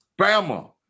Bama